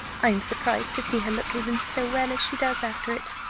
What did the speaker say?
i am surprised to see her look even so well as she does after it.